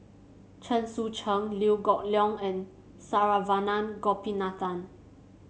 Chen Sucheng Liew Geok Leong and Saravanan Gopinathan